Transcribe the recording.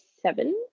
seven